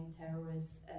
terrorists